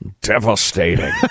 Devastating